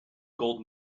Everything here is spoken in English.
gold